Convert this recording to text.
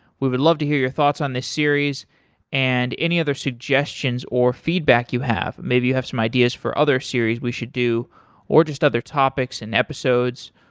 we would love to hear your thoughts on this series and any other suggestions or feedback you have. maybe you have some ideas for other series we should do or just other topics and episodes,